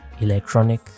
electronic